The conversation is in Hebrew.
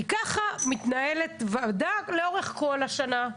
כי ככה מתנהלת ועדה לאורך כל השנה.